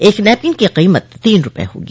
एक नैपकिन की कीमत तीन रूपये होगी